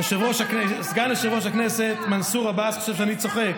סגן יושב-ראש הכנסת מנסור עבאס חושב שאני צוחק.